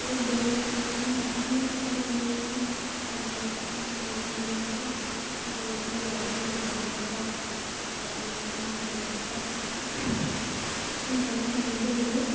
ବହୁତ ଡରି ହେଇଗଲାଣି ଆଠ ଦିନ ପାଖାପାଖି ହେଇଗଲାଣି ଆପଣ ପର୍ଯ୍ୟନ୍ତ ପଇସା ଦେଇନାହାନ୍ତି ପଇସା ଜଲ୍ଦି ଦେଲେ ଭଲ ହୁଅନ୍ତା ଆଉ ଆମର ଟିକେ ଦରକାର ଆପଣ ପଇସାଟା କେବେ ଦେବେ